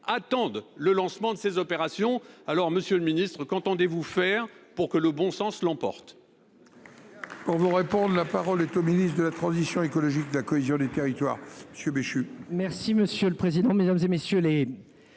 attendent le lancement de ces opérations. Monsieur le ministre, qu'entendez-vous faire pour que le bon sens l'emporte ? La parole est à M. le ministre de la transition écologique et de la cohésion des territoires. Monsieur le